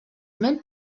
meant